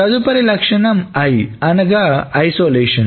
తదుపరి లక్షణం I అనగా ఐసోలేషన్